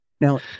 now